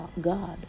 God